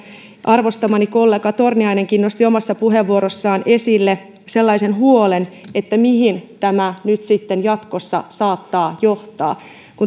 arvostamani kollega torniainenkin nosti omassa puheenvuorossaan esille sellaisen huolen että mihin tämä nyt sitten jatkossa saattaa johtaa vaikka